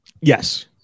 Yes